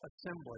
assembly